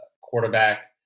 Quarterback